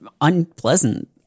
unpleasant